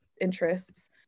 interests